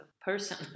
person